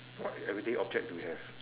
what everyday object do we have